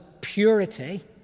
purity